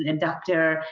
and and dr.